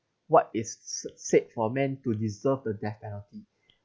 what is se~ set for men to deserve the death penalty